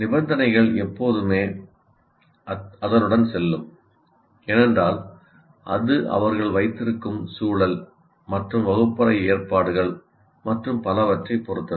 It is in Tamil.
நிபந்தனைகள் எப்போதுமே அதனுடன் செல்லும் ஏனென்றால் அது அவர்கள் வைத்திருக்கும் சூழல் மற்றும் வகுப்பறை ஏற்பாடுகள் மற்றும் பலவற்றைப் பொறுத்தது